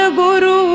guru